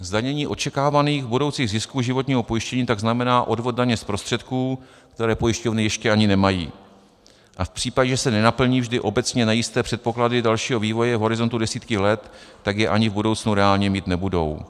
Zdanění očekávaných budoucích zisků životního pojištění tak znamená odvod daně z prostředků, které pojišťovny ještě ani nemají, a v případě, že se nenaplní vždy obecně nejisté předpoklady dalšího vývoje v horizontu desítky let, tak je ani v budoucnu reálně mít nebudou.